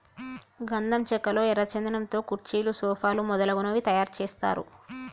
గంధం చెక్కల్లో ఎర్ర చందనం తో కుర్చీలు సోఫాలు మొదలగునవి తయారు చేస్తారు